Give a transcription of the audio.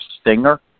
stinger